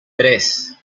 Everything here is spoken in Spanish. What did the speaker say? tres